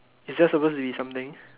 is there suppose to be something